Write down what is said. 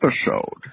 episode